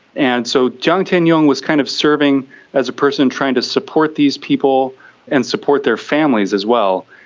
and so jiang tianyong was kind of serving as a person trying to support these people and support their families as well,